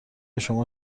شما